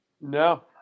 No